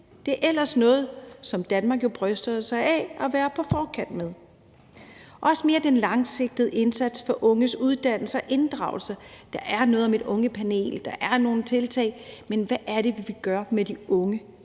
Det er ellers noget, som Danmark jo bryster sig af at være på forkant med. Der er også den mere langsigtede indsats for unges uddannelse og inddragelse. Der er noget om et ungepanel, der er nogle tiltag, men hvad er det, vi kan gøre med de unge?